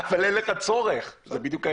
זה הצורך, זה בדיון העניין.